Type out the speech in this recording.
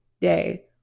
day